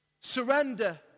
Surrender